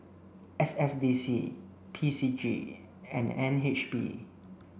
S S D C P C G and N H B